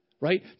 Right